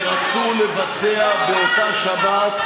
שרצו לבצע באותה שבת,